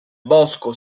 bosco